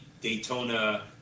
Daytona